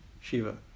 Shiva